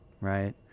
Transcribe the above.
right